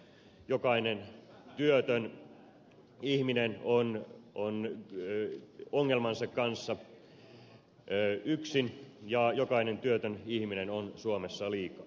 jokainen työtön ihminen on ongelmansa kanssa yksin ja jokainen työtön ihminen on suomessa liikaa